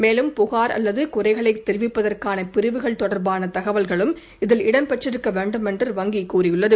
மேலும் புகார் அல்லது குறைகளை தெரிவிப்பதற்கான பிரிவுகள் தொடர்பான தகவல்களும் இதில் இடம் பெற்றிருக்க வேண்டும் என்று வங்கி கூறியுள்ளது